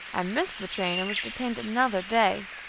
i missed the train, and was detained another day.